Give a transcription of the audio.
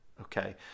okay